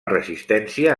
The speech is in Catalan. resistència